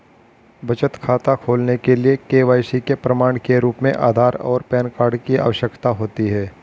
बचत खाता खोलने के लिए के.वाई.सी के प्रमाण के रूप में आधार और पैन कार्ड की आवश्यकता होती है